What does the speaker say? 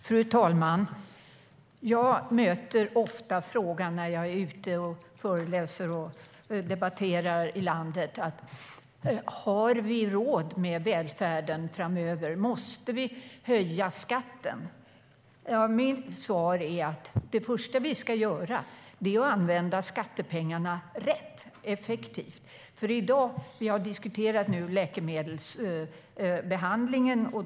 Fru talman! När jag är ute i landet och föreläser och debatterar möter jag ofta frågan om vi har råd med välfärden framöver: Måste vi höja skatten? Mitt svar är att det första vi ska göra är att använda skattepengarna rätt och effektivt. I dag har vi diskuterat läkemedelsbehandlingen.